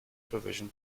provision